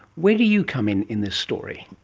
where do you come in in this story?